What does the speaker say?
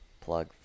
Plug